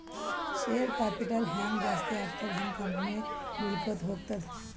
share capital ಹ್ಯಾಂಗ್ ಜಾಸ್ತಿ ಆಗ್ತದ ಹಂಗ್ ಕಂಪನಿ ಬೆಳ್ಕೋತ ಹೋಗ್ತದ